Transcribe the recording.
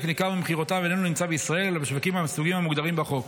ניכר ממכירותיהם איננו נמצא בישראל אלא בשווקים מהסוגים המוגדרים בחוק.